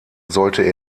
sollte